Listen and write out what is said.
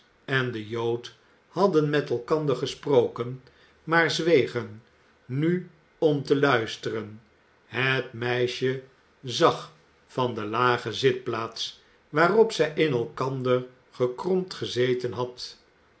en de jood hadden met elkander gesproken maar zwegen nu om te luisteren het meisje zag van de lage zitplaats waarop zij in elkander gekromd gezeten had